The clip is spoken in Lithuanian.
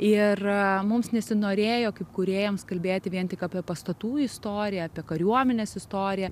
ir mums nesinorėjo kaip kūrėjams kalbėti vien tik apie pastatų istoriją apie kariuomenės istoriją